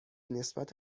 نسبت